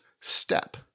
step